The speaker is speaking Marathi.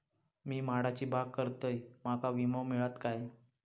मी माडाची बाग करतंय माका विमो मिळात काय?